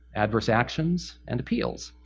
adverse actions, and appeals.